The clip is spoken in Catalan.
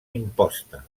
imposta